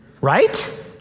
Right